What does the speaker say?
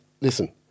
listen